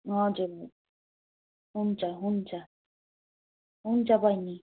हजुर हुन्छ हुन्छ हुन्छ बहिनी